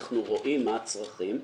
אנחנו רואים מה הצרכים,